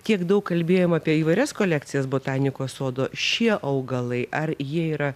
kiek daug kalbėjom apie įvairias kolekcijas botanikos sodo šie augalai ar jie yra